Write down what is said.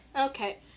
Okay